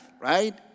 right